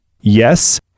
Yes